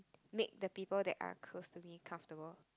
make the people that are close to me comfortable